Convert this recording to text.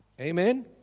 Amen